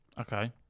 Okay